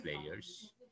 players